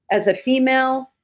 as a female.